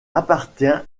appartient